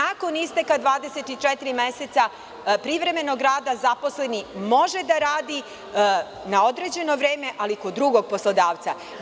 Nakon isteka 24 meseca privremenog rada zaposleni može da radi na određeno vreme, ali kod drugog poslodavca.